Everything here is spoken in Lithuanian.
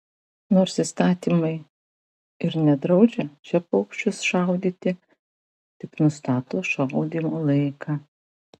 nors įstatymai ir nedraudžia čia paukščius šaudyti tik nustato šaudymo laiką